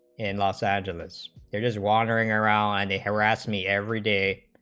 in los angeles is wandering around and the harass me every day